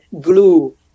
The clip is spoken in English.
glue